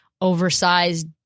oversized